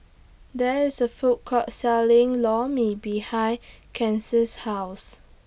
There IS A Food Court Selling Lor Mee behind House